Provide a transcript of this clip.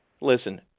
Listen